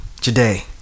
Today